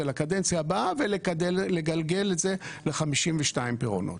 לקדנציה הבאה ולגלגל את זה ל-52 פירעונות.